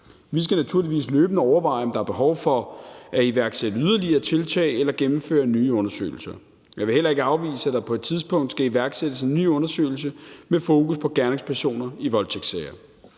Vi skal naturligvis løbende overveje, om der er behov for at iværksætte yderligere tiltag eller gennemføre nye undersøgelser. Jeg vil heller ikke afvise, at der på et tidspunkt skal iværksættes en ny undersøgelse med fokus på gerningspersoner i voldtægtssager.